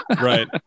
Right